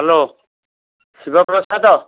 hello Shivprasad